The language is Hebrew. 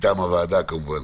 מטעם הוועדה כמובן